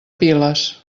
piles